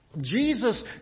Jesus